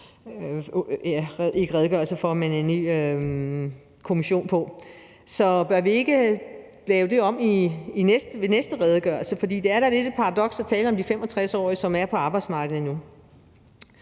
jo lige været en ny kommission her, så bør vi ikke lave det om i den næste redegørelse? For det er da lidt et paradoks at tale om de 65-årige, som er på arbejdsmarkedet endnu.